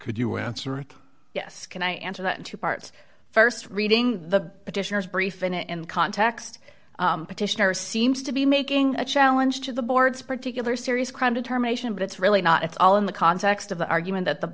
could you answer yes can i answer that in two parts st reading the petitioner's brief in a in context petitioner seems to be making a challenge to the board's particular serious crime determination but it's really not at all in the context of the argument that the